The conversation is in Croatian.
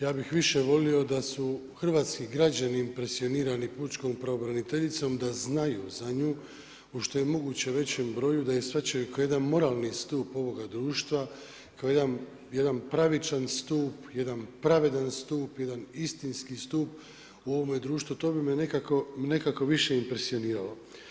Ja bih više volio da su hrvatski građani impresionirani pučkom pravobraniteljicom, da znaju za nju u što je moguće većem broju, da je shvaćaju kao jedan moralni stup ovoga društva, kao jedan pravičan stup, jedan pravedan stup, jedan istinski stup u ovome društvu, to bi me nekako više impresioniralo.